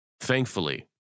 thankfully